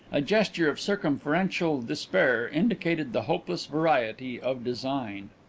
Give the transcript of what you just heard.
a gesture of circumferential despair indicated the hopeless variety of design.